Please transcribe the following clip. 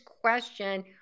question